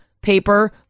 paper